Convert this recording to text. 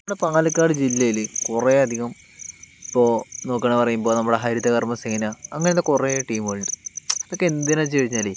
നമ്മുടെ പാലക്കാട് ജില്ലയില് കുറേ അധികം ഇപ്പോൾ നോക്കുകയാണെന്ന് പറയുമ്പോൾ നമ്മുടെ ഹരിതകർമ്മസേന അങ്ങനത്തെ കുറേ ടീമുകളുണ്ട് അതൊക്കെ എന്തിനാ വച്ച് കഴിഞ്ഞാൽ